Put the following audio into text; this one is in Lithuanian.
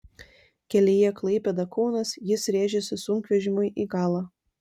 kelyje klaipėda kaunas jis rėžėsi sunkvežimiui į galą